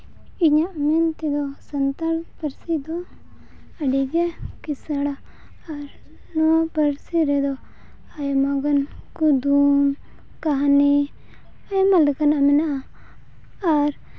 ᱤᱧᱟᱹᱜ ᱢᱮᱱ ᱛᱮᱢᱟ ᱥᱟᱱᱛᱟᱲᱤ ᱯᱟᱹᱨᱥᱤ ᱫᱚ ᱟᱹᱰᱤ ᱜᱮ ᱠᱤᱥᱟᱹᱬᱟ ᱟᱨ ᱱᱚᱣᱟ ᱯᱟᱹᱨᱥᱤ ᱨᱮᱫᱚ ᱟᱭᱢᱟᱜᱟᱱ ᱠᱩᱫᱩᱢ ᱠᱟᱹᱦᱱᱤ ᱟᱭᱢᱟ ᱞᱮᱠᱟᱱᱟᱜ ᱢᱮᱱᱟᱜᱼᱟ ᱟᱨ